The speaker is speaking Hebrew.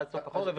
עד סוף החורף,